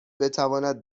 بتواند